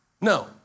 No